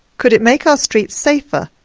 could it make our streets safer,